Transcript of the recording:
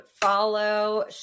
follow